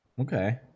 okay